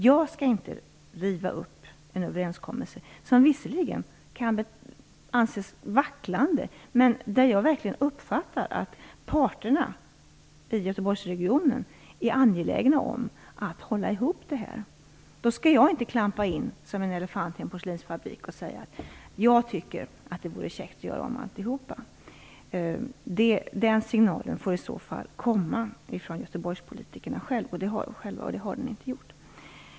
Jag skall inte riva upp en överenskommelse som visserligen kan anses vacklande men som jag uppfattar att parterna i Göteborgsregionen verkligen är angelägna om att hålla ihop. Då skall inte jag klampa in som en elefant i en porslinsfabrik och säga att jag tycker det vore käckt att göra om alltihop. Den signalen får i så fall komma från Göteborgspolitikerna själva, och det har den inte gjort.